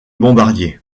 bombardier